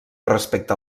respecte